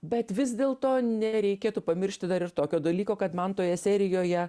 bet vis dėlto nereikėtų pamiršti dar ir tokio dalyko kad man toje serijoje